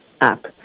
app